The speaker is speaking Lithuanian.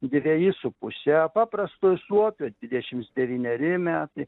dveji su puse paprastojo suopio dvidešimt devyneri metai